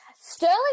Sterling